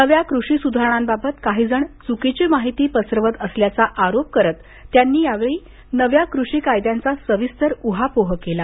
नव्या कृषी सुधारणांबाबत काही जण चुकीची माहिती पसरवत असल्याचा आरोप करत त्यांनी यावेळी नव्या कृषी कायद्यांचा सविस्तर ऊहापोह केला